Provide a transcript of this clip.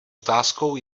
otázkou